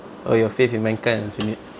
oh your faith in mankind lah